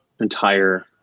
entire